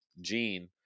Gene